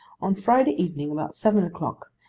on friday evening, about seven o'clock,